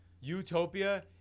Utopia